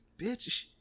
bitch